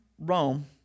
Rome